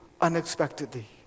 unexpectedly